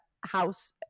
house